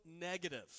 negative